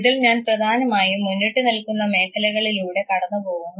ഇതിൽ ഞാൻ പ്രധാനമായും മുന്നിട്ടുനിൽക്കുന്ന മേഖലകളിലൂടെ കടന്നു പോകുന്നു